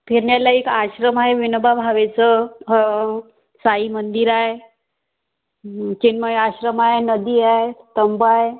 फिरण्याला एक आश्रम आहे विनोबा भावेचं ह साई मंदिर आहे चिन्मय आश्रम आहे नदी आहे स्तंभ आहे